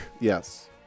Yes